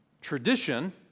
tradition